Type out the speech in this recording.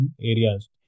areas